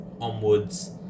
onwards